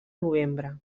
novembre